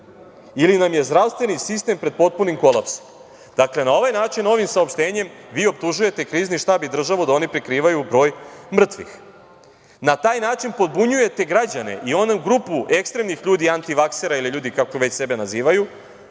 ili nam je zdravstveni sistem pred potpunim kolapsom. Dakle, na ovaj način ovim saopštenjem vi optužujete Krizni štab i državu da oni prikrivaju broj mrtvih. Na taj način podbunjujete građane i onu grupu ekstremnih ljudi, antivaksera, kako već sebe nazivaju,